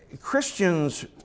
Christians